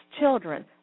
children